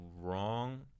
wrong